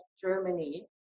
Germany